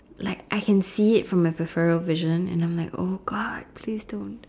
like I can see it from my peripheral vision and I'm like !oh-God! please don't